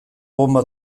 bonba